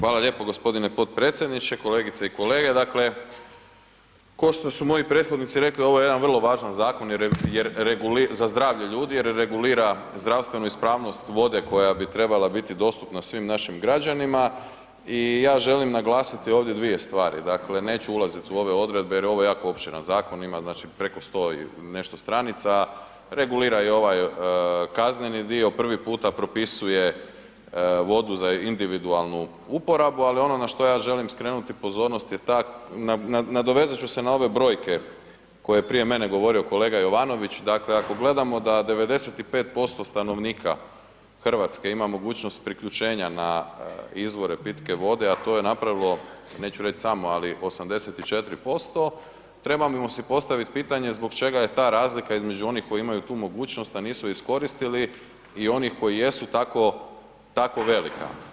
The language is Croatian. Hvala lijepo g. potpredsjedniče, kolegice i kolege, dakle košto su moji prethodnici rekli, ovo je jedan vrlo važan zakon za zdravlje ljudi jer regulira zdravstvenu ispravnost vode koja bi trebala biti dostupna svim našim građanima i ja želim naglasiti ovdje dvije stvari, dakle neću ulazit u ove odredbe jer ovo je jako opširan zakon, ima znači preko sto i nešto stranica, regulira i ovaj kazneni dio, prvi puta propisuje vodu za individualnu uporabu, ali ono na što ja želim skrenuti pozornost je ta, nadovezat ću se na ove brojke koje je prije mene govorio g. Jovanović, dakle ako gledamo da 95% stanovnika RH ima mogućnost priključenja na izvore pitke vode, a to je napravilo, neću reć samo, ali 84%, trebamo si postavit pitanje zbog čega je ta razlika između onih koji imaju tu mogućnost, a nisu je iskoristili i onih koji jesu, tako, tako velika.